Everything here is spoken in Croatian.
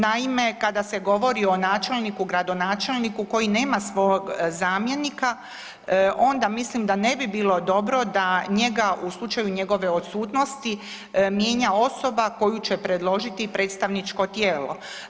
Naime, kada se govori o načelniku, gradonačelniku koji nema svog zamjenika, onda mislim da ne bi bilo dobro da njega u slučaju njegove odsutnosti mijenja osoba koju će predložiti predstavničko tijelo.